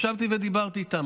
ישבתי ודיברתי איתם.